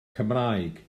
cymraeg